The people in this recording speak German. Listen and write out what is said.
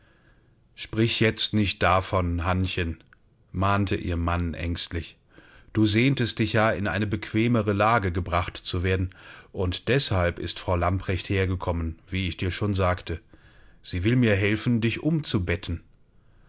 sprich jetzt nicht davon hannchen mahnte ihr mann ängstlich du sehntest dich ja in eine bequemere lage gebracht zu werden und deshalb ist fräulein lamprecht gekommen wie ich dir schon sagte sie will mir helfen dich umzubetten